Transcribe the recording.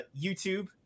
YouTube